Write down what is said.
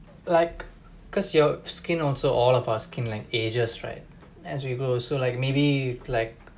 like cause your skin also all of us skin like ages right as we grow so like maybe like